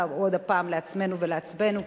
עוד פעם לעצמנו ולעצמנו.